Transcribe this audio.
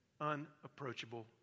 unapproachable